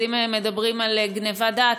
אז אם מדברים על גנבת דעת,